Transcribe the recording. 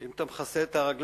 אם אתה מכסה את הרגליים,